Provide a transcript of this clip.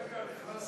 רגע, רגע,